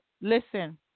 listen